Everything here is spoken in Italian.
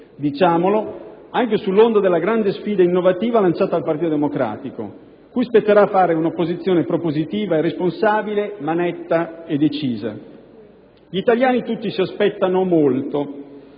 il voto, anche sull'onda della grande sfida innovativa lanciata dal Partito Democratico, cui spetterà il compito di fare un'opposizione propositiva e responsabile, ma netta e decisa. Gli italiani tutti si aspettano molto,